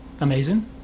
amazing